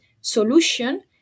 solution